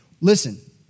Listen